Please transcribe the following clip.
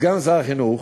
סגן שר החינוך,